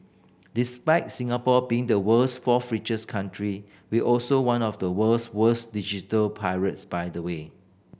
despite Singapore being the world's fourth richest country we also one of the world's worst digital pirates by the way